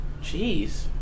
Jeez